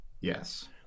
Yes